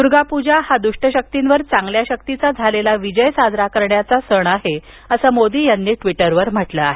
दुर्गा पूजा हा प्रसंग दुष्ट शक्तीवर चांगल्या शक्तीचा झालेला विजय साजरा करण्याचा आहे असं मोदी यांनी ट्वीटरवर म्हटलं आहे